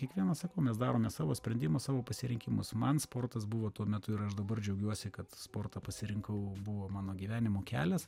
kiekvienas sakau mes darome savo sprendimą savo pasirinkimus man sportas buvo tuo metu ir aš dabar džiaugiuosi kad sportą pasirinkau buvo mano gyvenimo kelias